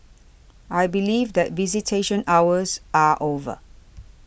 I believe that visitation hours are over